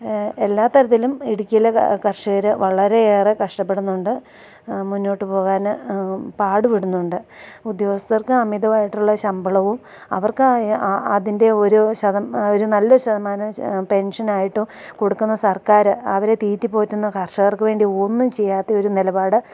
എല്ലാ തരത്തിലും ഇടുക്കിയിലെ കർഷകർ വളരെയേറെ കഷ്ടപ്പെടുന്നുണ്ട് മുന്നോട്ട് പോകാൻ പാട് പെടുന്നുണ്ട് ഉദ്യോഗസ്ഥർക്ക് അമിതമായിട്ടുള്ള ശമ്പളവും അവർക്ക് അതിൻ്റെ ഒരു ശതം ഒരു നല്ലൊരു ശതമാനം പെൻഷനായിട്ടും കൊടുക്കുന്ന സർക്കാർ അവരെ തീറ്റി പോറ്റുന്ന കർഷകർക്ക് വേണ്ടി ഒന്നും ചെയ്യാത്തയൊരു നിലപാട്